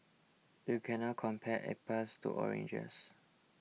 you cannot compare apples to oranges